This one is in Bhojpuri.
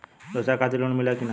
ब्यवसाय खातिर लोन मिली कि ना?